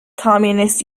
communist